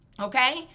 okay